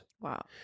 Wow